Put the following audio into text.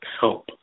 help